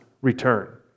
return